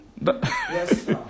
Yes